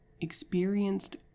experienced